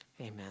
amen